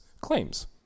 claims